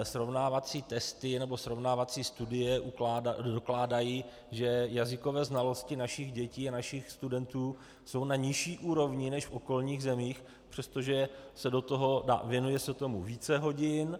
Srovnávací testy nebo srovnávací studie dokládají, že jazykové znalosti našich dětí a našich studentů jsou na nižší úrovni než v okolních zemích, přestože se tomu věnuje více hodin.